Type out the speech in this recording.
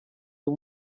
uyu